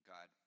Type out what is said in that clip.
God